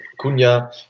Cunha